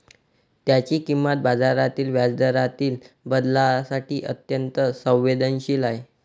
त्याची किंमत बाजारातील व्याजदरातील बदलांसाठी अत्यंत संवेदनशील आहे